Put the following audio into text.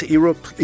Europe